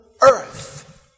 earth